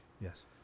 yes